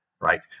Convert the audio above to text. right